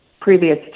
previous